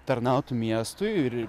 tarnautų miestui ir